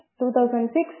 2006